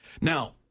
Now